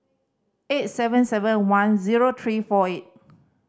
eight seven seven one zero three four eight